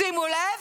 שימו לב,